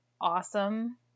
awesome